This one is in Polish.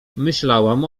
myślałam